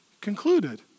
concluded